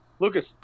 Lucas